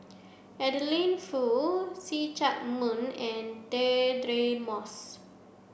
Adeline Foo See Chak Mun and Deirdre Moss